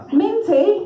minty